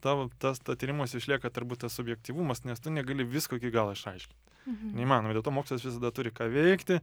tavo tas tyrimuose išlieka tarbūt tas subjektyvumas nes tu negali visko iki galo išiaškint neįmanoma dėl to mokslas visada turi ką veikti